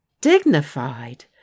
Dignified